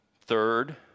Third